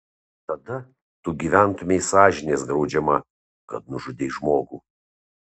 tada tu gyventumei sąžinės graužiama kad nužudei žmogų